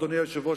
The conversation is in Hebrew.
אדוני היושב-ראש,